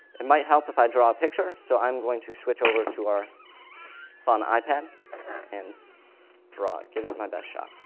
it might help if i draw a picture, so i'm going to switch over to our fun ipad and draw it, give it my best shot.